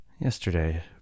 Yesterday